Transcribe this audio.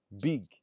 big